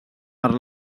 per